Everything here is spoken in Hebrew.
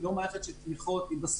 תכליתיים.